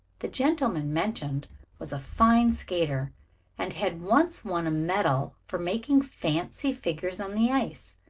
the gentleman mentioned was a fine skater and had once won a medal for making fancy figures on the ice.